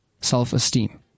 self-esteem